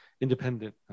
independent